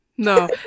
No